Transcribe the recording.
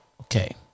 Okay